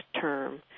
term